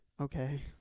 Okay